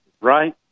right